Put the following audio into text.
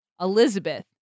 Elizabeth